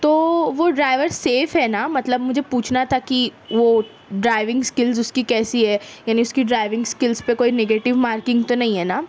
تو وہ driver safe ہے نا مطلب مجھے پوچھنا تھا کہ وہ ڈارئیونگ اسکلز اس کی کیسی ہیں یعنی اس کی ڈرائیونگ اسکلز پہ کوئی نیگیٹیو مارکنگ تو نہیں ہے نا